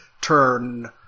turn